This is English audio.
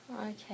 okay